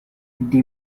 the